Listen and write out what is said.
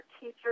teacher